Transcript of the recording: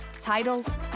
titles